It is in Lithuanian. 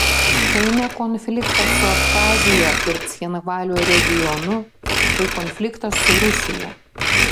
tai ne konfliktas su abchazija ir cchinvalio regionu tai konfliktas su rusija